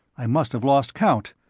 i must have lost count.